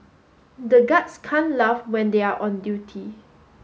the guards can't laugh when they are on duty